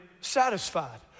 satisfied